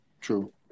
true